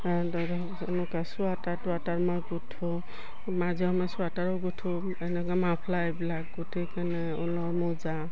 এনেকুৱা ছুৱেটাৰ তুৱেটাৰ মই গুঠোঁ মাজে সময়ে ছুৱেটাৰো গুঠো এনেকা মাফলাৰ এইবিলাক গুঠি কেনে ঊলৰ মোজা